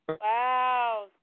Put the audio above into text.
Wow